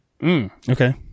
Okay